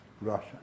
Russia